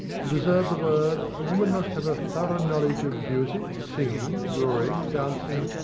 to deserve the word, a woman must have a thorough knowledge of music, singing, drawing, dancing,